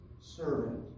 servant